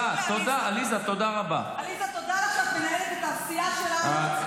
עליזה, תודה לך שאת מנהלת את הסיעה שלנו למופת.